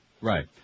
Right